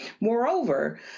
Moreover